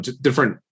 different